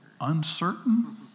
uncertain